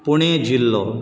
पुणे जिल्लो